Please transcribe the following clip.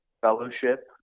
fellowship